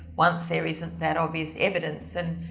once there isn't that obvious evidence and.